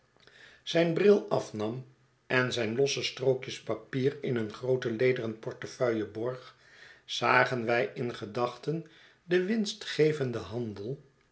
zijn bril afnam en zijn losse strookjes papier in een groote lederen portefeuille borg zagen wij in gedachten den winstgevenden handel